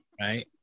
right